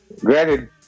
granted